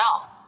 else